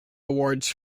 awards